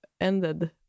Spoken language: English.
ended